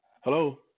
hello